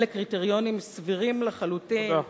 אלה קריטריונים סבירים לחלוטין.